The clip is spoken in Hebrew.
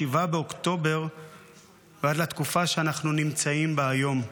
באוקטובר ועד לתקופה שאנחנו נמצאים בה היום.